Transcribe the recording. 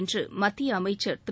என்று மத்திய அமைச்சர் திரு